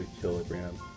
kilogram